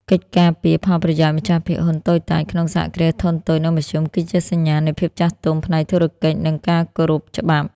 កិច្ចការពារផលប្រយោជន៍ម្ចាស់ភាគហ៊ុនតូចតាចក្នុង សហគ្រាសធុនតូច និងមធ្យម គឺជាសញ្ញាណនៃភាពចាស់ទុំផ្នែកធុរកិច្ច និងការគោរពច្បាប់។